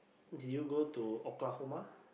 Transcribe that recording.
did you go to Oklahoma